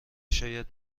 شاید